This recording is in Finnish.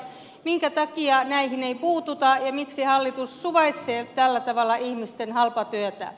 minkä takia näihin ei puututa ja miksi hallitus suvaitsee tällä tavalla ihmisten halpatyötä